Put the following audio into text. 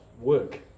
work